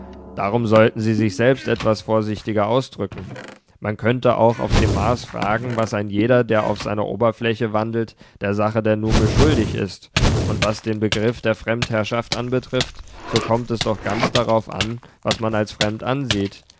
darum sollten sie sich selbst etwas vorsichtiger ausdrücken man könnte auch auf dem mars fragen was ein jeder der auf seiner oberfläche wandelt der sache der nume schuldig ist und was den begriff der fremdherrschaft anbetrifft so kommt es doch ganz darauf an was man als fremd ansieht